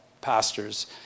pastors